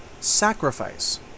sacrifice